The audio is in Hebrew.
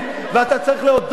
תודה.